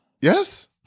Yes